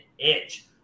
edge